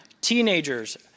Teenagers